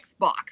Xbox